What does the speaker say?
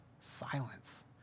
silence